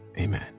amen